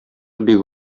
бик